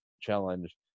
challenge